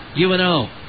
UNO